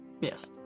Yes